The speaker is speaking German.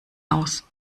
aus